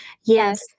yes